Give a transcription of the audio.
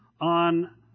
on